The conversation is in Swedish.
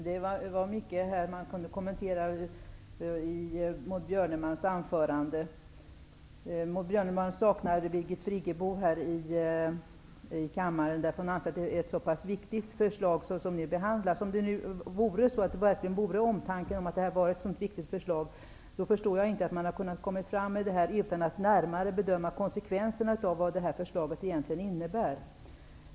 Herr talman! Det var mycket som man kan kommentera i Maud Björnemalms anförande. Friggebo här i kammaren, när det är ett så viktigt förslag som skall behandlas. Om det verkligen vore omtanke om det viktiga som behandlas i det här förslaget, förstår jag inte hur utskottsmajoriteten har kunnat föra fram sitt förslag utan att närmare bedöma vad konsekvenserna av det egentligen innebär.